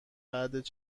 بعد